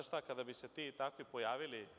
Znate šta, kada bi se ti i takvi pojavili